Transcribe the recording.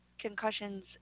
concussions